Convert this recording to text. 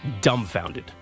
dumbfounded